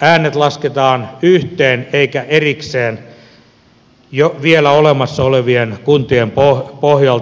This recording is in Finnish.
äänet lasketaan yhteen eikä erikseen vielä olemassa olevien kuntien pohjalta